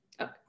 okay